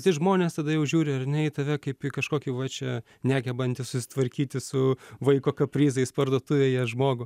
visi žmonės tada jau žiūri ar ne į tave kaip į kažkokį va čia negebantį susitvarkyti su vaiko kaprizais parduotuvėje žmogų